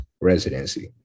residency